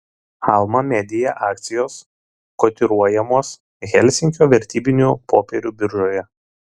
alma media akcijos kotiruojamos helsinkio vertybinių popierių biržoje